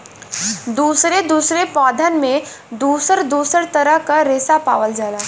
दुसरे दुसरे पौधन में दुसर दुसर तरह के रेसा पावल जाला